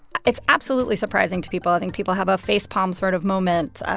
it's absolutely surprising to people. i think people have a face-palm sort of moment.